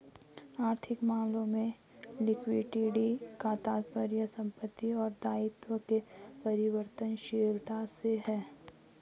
आर्थिक मामलों में लिक्विडिटी का तात्पर्य संपत्ति और दायित्व के परिवर्तनशीलता से है